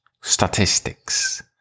statistics